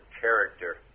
character